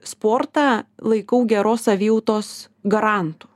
sportą laikau geros savijautos garantu